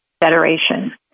Federation